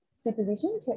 supervision